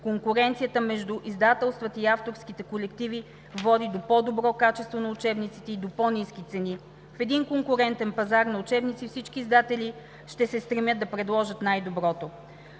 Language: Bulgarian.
Конкуренцията между издателствата и авторските колективи води до по-добро качество на учебниците и до по-ниски цени. В един конкурентен пазар на учебници всички издатели ще се стремят да предложат най-доброто.